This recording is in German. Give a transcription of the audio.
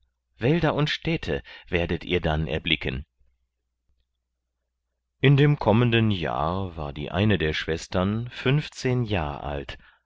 wälder und städte werdet ihr dann erblicken in dem kommenden jahr war die eine der schwestern fünfzehn jahr alt